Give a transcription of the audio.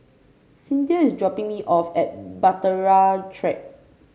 Cinthia is dropping me off at Bahtera Track